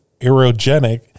aerogenic